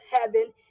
heaven